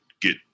get